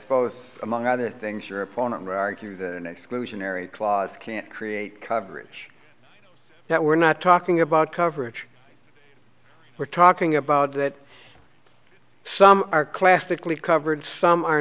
suppose among other things your opponent to argue that an exclusionary clause can't create coverage that we're not talking about coverage we're talking about that some are classically covered some are